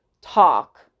Talk